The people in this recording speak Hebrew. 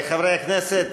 חבר הכנסת